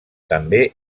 també